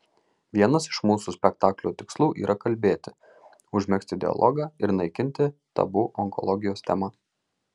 vienas iš mūsų spektaklio tikslų yra kalbėti užmegzti dialogą ir naikinti tabu onkologijos tema